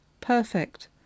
perfect